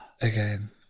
again